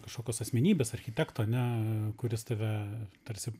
kažkokios asmenybės architekto ane kuris tave tarsi